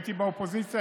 כשהייתי באופוזיציה,